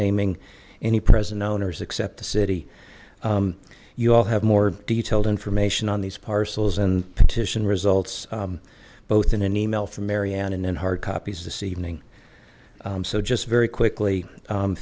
naming any present owners except the city you all have more detailed information on these parcels and petition results both in an email from maryanne and then hard copies this evening so just very quickly